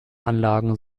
anlagen